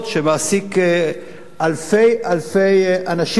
שמעסיק אלפי-אלפי אנשים,